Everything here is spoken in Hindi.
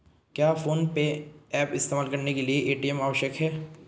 क्या फोन पे ऐप इस्तेमाल करने के लिए ए.टी.एम आवश्यक है?